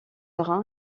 rein